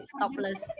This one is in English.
topless